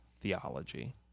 theology